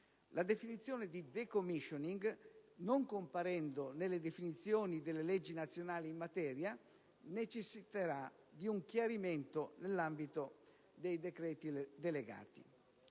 La definizione di *decommissioning*, non comparendo nelle definizioni delle leggi nazionali in materia, necessiterà di un chiarimento nell'ambito dei decreti delegati.